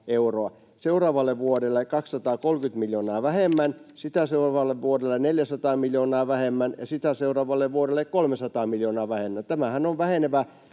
seuraavalle vuodelle 230 miljoonaa vähemmän, sitä seuraavalle vuodelle 400 miljoonaa vähemmän ja sitä seuraavalle vuodelle 300 miljoonaa vähemmän. Tämähän on vähenevä